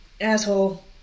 Asshole